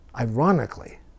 ironically